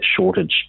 shortage